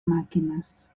màquines